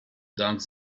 dunk